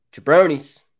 jabronis